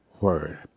word